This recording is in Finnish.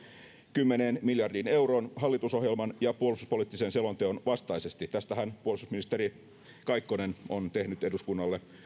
kymmeneen miljardiin euroon hallitusohjelman ja puolustuspoliittisen selonteon vastaisesti tästähän puolustusministeri kaikkonen on tehnyt eduskunnalle